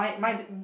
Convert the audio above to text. okay